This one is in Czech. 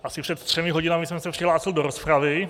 Asi před třemi hodinami jsem se přihlásil do rozpravy.